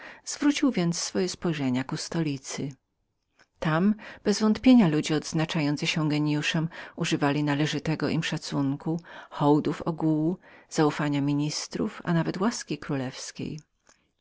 zwrocił więc swoje spojrzenia ku stolicy tam bezwątpienia ludzie odznaczający się gienijuszem używali należnego im szacunku hołdów ogółu zaufania ministrów a nawet łaski królewskiej